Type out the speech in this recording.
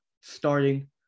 starting